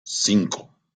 cinco